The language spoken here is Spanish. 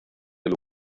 del